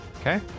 Okay